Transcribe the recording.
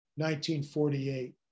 1948